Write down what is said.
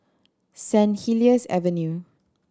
Saint Helier's Avenue